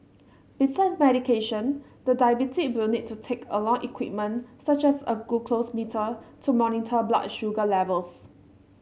besides medication the diabetic will need to take along equipment such as a glucose meter to monitor blood sugar levels